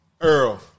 Earl